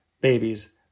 babies